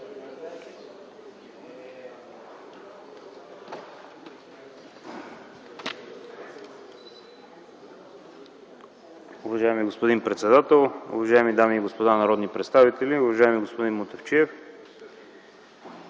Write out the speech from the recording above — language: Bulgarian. Уважаеми господин председател, уважаеми дами и господа народни представители! Уважаеми господин Мутафчиев,